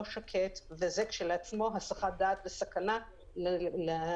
לא שקט וזה כשלעצמו הסחת דעת וסכנה לתאונות,